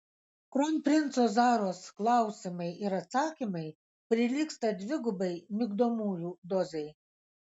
kronprinco zaros klausimai ir atsakymai prilygsta dvigubai migdomųjų dozei